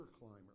climber